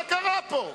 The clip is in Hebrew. מה קרה פה?